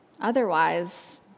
Otherwise